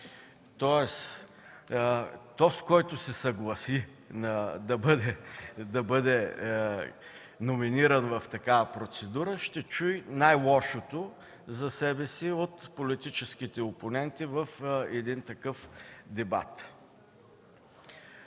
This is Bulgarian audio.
Тоест този, който се съгласи да бъде номиниран в такава процедура, ще чуе най-лошото за себе си от политическите опоненти в един дебат.